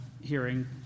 hearing